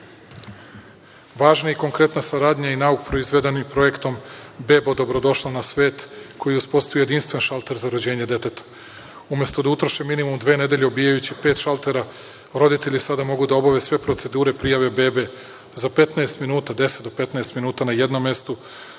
rad. Važna i konkretna saradnja i nauk proizvedenim projektom „Bebo, dobro došla na svet“ koji je uspostavio jedinstven šalter za rođenje deteta. Umesto da utroše minimum dve nedelje obijajući pet šaltera, roditelji sada mogu da obave sve procedure prijave bebe za 10 do 15 minuta na jednom mesto,